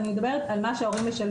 אני מדברת רק על מה שההורים משלמים,